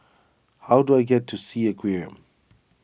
how do I get to Sea Aquarium